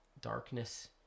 darkness